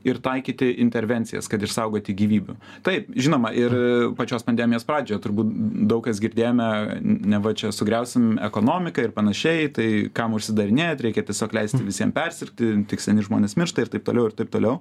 ir taikyti intervencijas kad išsaugoti gyvybių taip žinoma ir pačios pandemijos pradžioje turbūt daug kas girdėjome neva čia sugriausim ekonomiką ir panašiai tai kam užsidarinėt reikia tiesiog leisti visiem persirgti tik seni žmonės miršta ir taip toliau ir taip toliau